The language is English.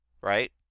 Right